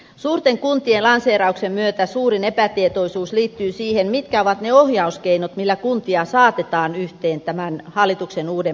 suurten kuntien lanseerauksen myötä suurin epätietoisuus liittyy siihen mitkä ovat ne ohjauskeinot millä kuntia saatetaan yhteen tämän hallituksen uuden mallin myötä